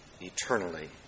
eternally